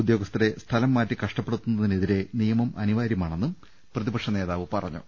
ഉദ്യോഗസ്ഥരെ സ്ഥലംമാറ്റി കഷ്ട പ്പെടുത്തുന്നതിനെതിരെ നിയമം ്യഅനിവാര്യമാണെന്നും പ്രതിപക്ഷ നേതാവ് പറഞ്ഞു